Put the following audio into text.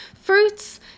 fruits